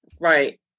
Right